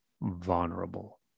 vulnerable